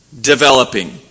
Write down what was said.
developing